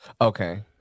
Okay